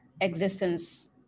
existence